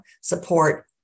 support